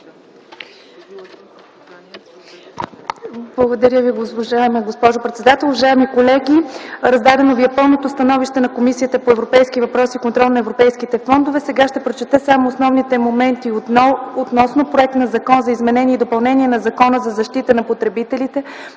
Благодаря Ви, уважаема госпожо председател. Уважаеми колеги, раздадено ви е пълното становище на Комисията по европейските въпроси и контрол на европейските фондове. Сега ще прочета само основните моменти относно Законопроект за изменение и допълнение на Закона за защита на потребителите,